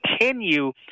continue